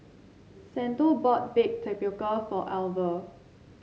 Santo bought Baked Tapioca for Alver